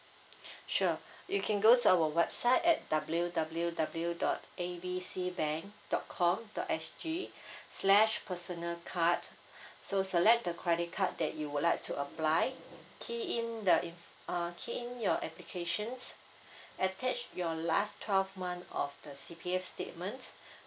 sure you can go to our website at W W W dot A B C bank dot com dot S G slash personal card so select the credit card that you would like to apply key in the inf~ uh key in your applications attach your last twelve month of the C_P_F statements